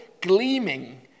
gleaming